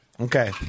Okay